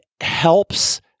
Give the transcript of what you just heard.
helps